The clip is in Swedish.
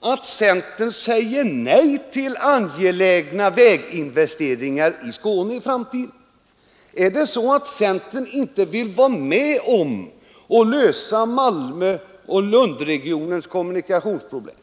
att centern säger nej till angelägna väginvesteringar i Skåne i framtiden? Är det så att centern inte vill vara med om att lösa Malmö-Lundregionens kommunikationsproblem?